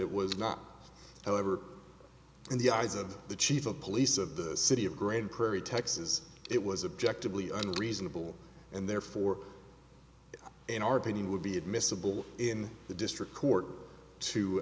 it was not however in the eyes of the chief of police of the city of grand prairie texas it was objected lee and reasonable and therefore in our opinion would be admissible in the district court